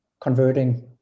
converting